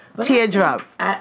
Teardrop